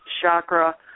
chakra